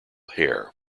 hair